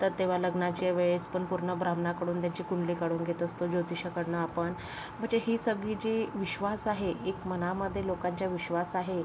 तर तेव्हा लग्नाचे वेळेस पण पूर्ण ब्राम्हणाकडून त्यांची कुंडली काढून घेत असतो जोतिषाकडनं आपण म्हणजे ही सगळी जी विश्वास आहे एक मनामध्ये लोकांच्या विश्वास आहे